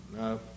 No